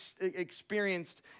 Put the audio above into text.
experienced